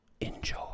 Enjoy